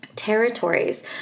Territories